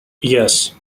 yes